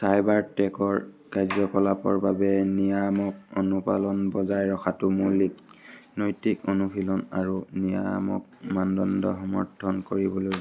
cyber টেকৰ কাৰ্য্যকলাপৰ বাবে নিয়ামক অনুপালন বজাই ৰখাটো মৌলিক নৈতিক অনুশীলন আৰু নিয়ামক মানদণ্ড সমৰ্থন কৰিবলৈ